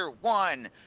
One